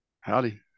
Howdy